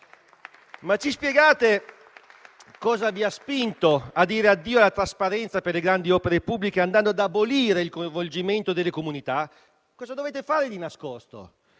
Ci spiegate cosa vi ha spinto a dire addio alla trasparenza per le grandi opere pubbliche, andando ad abolire il coinvolgimento delle comunità? Cosa dovete fare di nascosto?